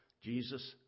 Jesus